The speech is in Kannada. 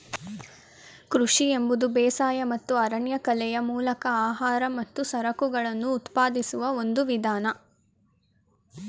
ಕೃಷಿ ಎಂಬುದು ಬೇಸಾಯ ಮತ್ತು ಅರಣ್ಯಕಲೆಯ ಮೂಲಕ ಆಹಾರ ಮತ್ತು ಸರಕುಗಳನ್ನು ಉತ್ಪಾದಿಸುವ ಒಂದು ವಿಧಾನ